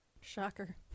Shocker